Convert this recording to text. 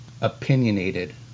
opinionated